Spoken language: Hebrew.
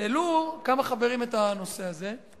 העלו כמה חברים את הנושא הזה,